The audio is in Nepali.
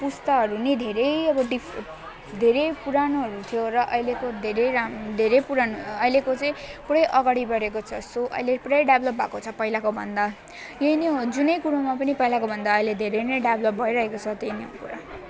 पुस्ताहरू नै अब धेरै डिफ धेरै पुरानो हुन्थ्यो र अहिलेको धेरै राम् धेरै पुराण अहिलेको चाहिँ पुरै अगाडि बढेको छ सो अहिले पुरै डेभ्लप भएको छ पहिलाको भन्दा यही नै हो जुनै कुरोमा पनि पहिलाको भन्दा अहिले धेरै नै डेभ्लप भइरहेको छ त्यही नै हो कुरा